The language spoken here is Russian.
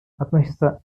относятся